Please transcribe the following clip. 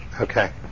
Okay